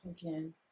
again